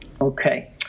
Okay